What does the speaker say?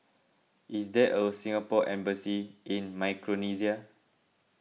is there a Singapore Embassy in Micronesia